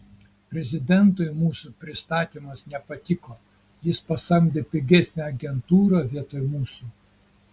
prezidentui mūsų pristatymas nepatiko jis pasamdė pigesnę agentūrą vietoj mūsų